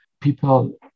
people